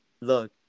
look